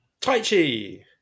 Taichi